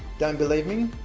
don't believe me,